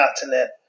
continent